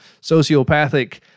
sociopathic